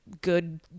good